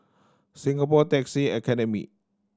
Singapore Taxi Academy